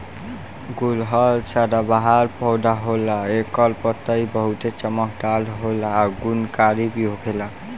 गुड़हल सदाबाहर पौधा होला एकर पतइ बहुते चमकदार होला आ गुणकारी भी होखेला